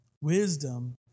wisdom